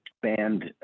banned